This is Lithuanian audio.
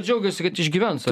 džiaugiasi kad išgyvens